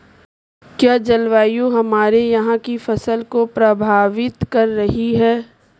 क्या जलवायु हमारे यहाँ की फसल को प्रभावित कर रही है?